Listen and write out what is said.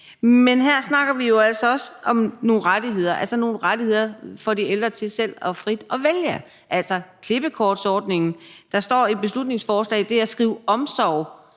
men her snakker vi jo altså også om nogle rettigheder, altså nogle rettigheder for de ældre til selv frit at vælge. Det er klippekortsordningen. Der står i beslutningsforslaget det med at skrive omsorg